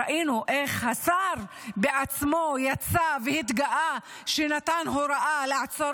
ראינו איך השר בעצמו יצא והתגאה שנתן הוראה לעצור